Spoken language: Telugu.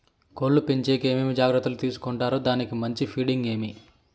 కోళ్ల పెంచేకి ఏమేమి జాగ్రత్తలు తీసుకొంటారు? దానికి మంచి ఫీడింగ్ ఏమి?